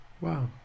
Wow